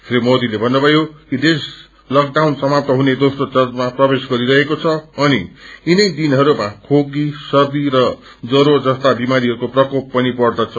श्री मोदीले थत्रुथयो कि देश लकडाउन समाप्त हुने दोस्रो चरणमा प्रवेश गरिरहेको छ अनि यिनै दिनहरूमा खोक्षी सर्दी र ज्वरो जस्ता बिमारीहरूक्रो प्रकोप पनि बढ़दछ